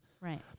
right